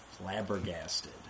flabbergasted